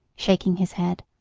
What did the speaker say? shaking his head,